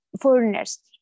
foreigners